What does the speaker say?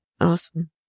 Awesome